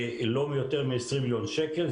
ולא יותר מ-20 מיליון שקל.